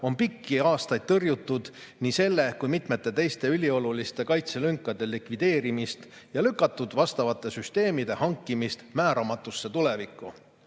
on pikki aastaid tõrjutud nii selle kui ka mitme teise üliolulise kaitselünga likvideerimist ja lükatud vastavate süsteemide hankimist määramatusse tulevikku. Alles